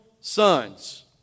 sons